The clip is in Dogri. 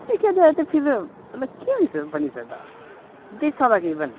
दिक्खेआ जाए ते फिर मतलब केह् होई सकदा बनी सकदा देसा दा केह् बनना